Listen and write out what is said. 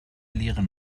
leeren